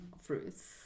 fruits